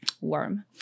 warm